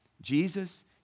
Jesus